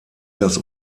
das